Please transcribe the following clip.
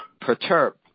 perturb